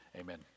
Amen